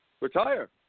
Retire